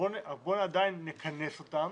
בואו עדיין נכנס אותם